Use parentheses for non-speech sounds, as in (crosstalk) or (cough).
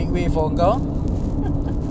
(laughs)